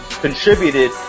contributed